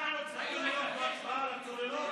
אנחנו צריכים להיות בהצבעה על הצוללות?